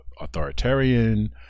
authoritarian